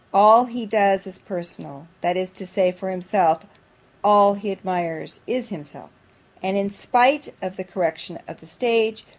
all he does is personal that is to say, for himself all he admires, is himself and in spite of the correction of the stage,